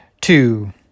two